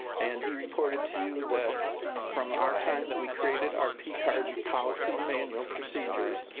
and he reported to you that from our time that we created our p-card and policy and manual procedures.